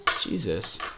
Jesus